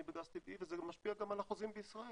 בגז טבעי וזה גם משפיע על החוזים בישראל.